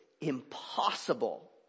impossible